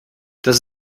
das